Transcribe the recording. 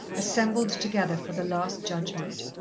assembled together for the last judgment.